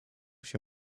się